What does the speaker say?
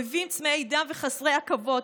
אויבים צמאי דם וחסרי עכבות,